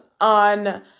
on